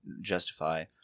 justify